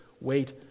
Wait